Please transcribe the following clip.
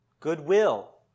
goodwill